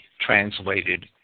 translated